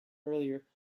earlier